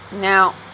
Now